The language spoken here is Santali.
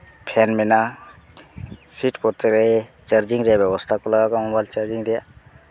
ᱯᱷᱮᱱ ᱢᱮᱱᱟᱜᱼᱟ ᱥᱤᱴ ᱯᱚᱨᱛᱮ ᱨᱮ ᱪᱟᱨᱡᱤᱝ ᱨᱮᱭᱟᱜ ᱵᱮᱵᱚᱥᱛᱷᱟ ᱠᱚ ᱞᱟᱜᱟᱣ ᱠᱟᱫᱟ ᱢᱳᱵᱟᱭᱤᱞ ᱪᱟᱨᱡᱤᱝ ᱨᱮᱭᱟᱜ